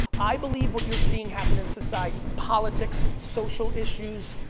i believe what you're seeing happen in society, politics, social issues,